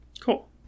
Cool